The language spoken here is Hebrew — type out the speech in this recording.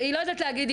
היא לא יודעת להגיד,